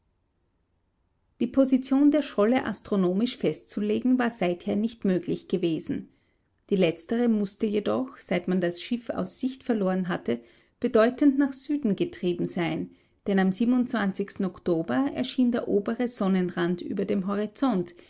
die position der scholle astronomisch festzulegen war seither nicht möglich gewesen die letztere mußte jedoch seit man das schiff aus sicht verloren hatte bedeutend nach süden getrieben sein denn am oktober erschien der obere sonnenrand über dem horizont